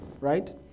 right